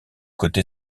côté